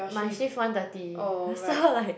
my shift one thirty so like